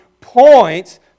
points